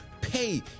pay